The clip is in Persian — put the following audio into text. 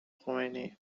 خمینی